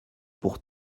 pour